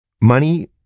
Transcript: Money